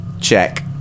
check